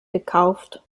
gekauft